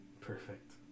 Perfect